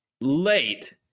late